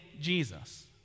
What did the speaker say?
Jesus